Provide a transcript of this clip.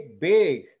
big